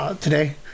Today